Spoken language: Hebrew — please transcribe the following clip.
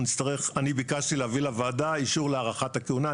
אני ביקשתי להביא לוועדה אישור להארכת הכהונה,